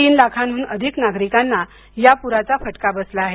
तीन लाखांहून अधिक नागरिकांना या पुराचा फटका बसला आहे